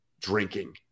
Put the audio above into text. drinking